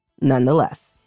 nonetheless